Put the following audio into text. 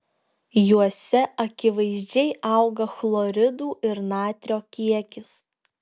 juose akivaizdžiai auga chloridų ir natrio kiekis